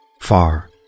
far